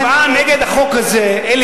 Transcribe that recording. אלי, הצבעה נגד החוק הזה,